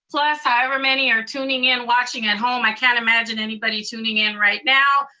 plus however many are tuning in watching at home. i can't imagine anybody tuning in right now,